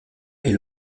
est